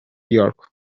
york